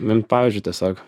mint pavyzdžiu tiesiog